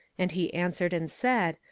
and he answered and said,